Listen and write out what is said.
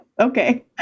okay